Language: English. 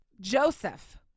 Joseph